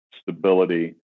stability